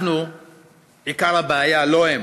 אנחנו עיקר הבעיה, לא הם.